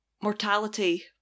mortality